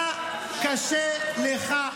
מה קשה לך?